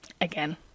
Again